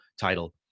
title